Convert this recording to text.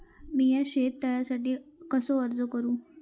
मीया शेत तळ्यासाठी कसो अर्ज करू?